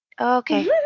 Okay